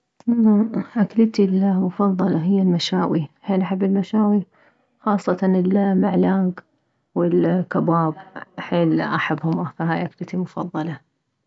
والله اكلتي المفضلة هي المشاوي حيل احب المشاوي خاصة المعلاك والكباب حيل احبهم فهاي اكلتي المفضلة